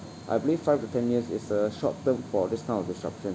I believe five to ten years is a short term for this kind of disruption